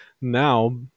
now